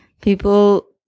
people